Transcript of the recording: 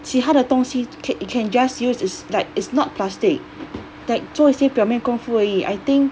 其他的东西 can you can just use is like it's not plastic like 做一些表面功夫而已 I think